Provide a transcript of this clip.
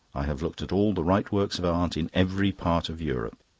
i have looked at all the right works of art in every part of europe.